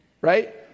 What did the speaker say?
right